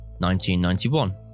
1991